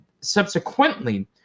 subsequently